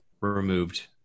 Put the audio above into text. removed